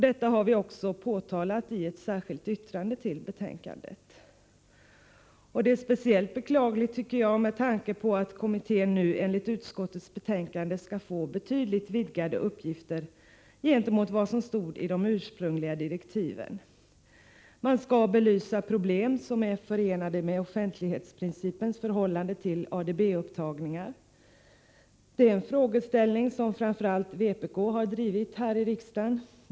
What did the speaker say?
Detta har vi påtalat i ett särskilt yttrande, och det är speciellt beklagligt med tanke på att kommittén nu enligt utskottets betänkande skall få betydligt vidgade uppgifter gentemot vad som stod i de ursprungliga direktiven. Man skall belysa de problem som är förenade med offentlighetsprincipens förhållande till ADB-upptagningar. Det är en frågeställning som framför allt vpk har drivit här i riksdagen.